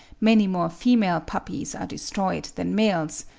many more female puppies are destroyed than males,